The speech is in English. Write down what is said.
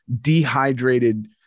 dehydrated